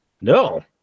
No